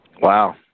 Wow